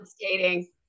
skating